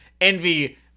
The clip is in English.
Envy